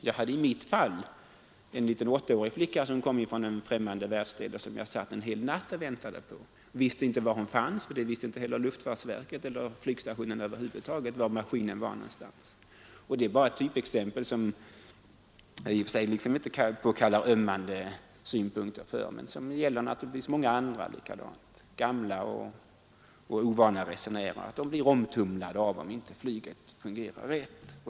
Jag väntade en gång en hel natt på en liten flicka, som kom från en främmande världsdel. Jag visste inte var hon fanns, och det visste inte heller luftfartsverket eller flygstationen över huvud taget. Detta är bara ett typexempel, som i och för sig inte påkallar några ömmande synpunkter men som naturligtvis gäller många andra, gamla och ovana resenärer. De blir omtumlade om inte flyget fungerar rätt.